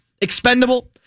expendable